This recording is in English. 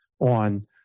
on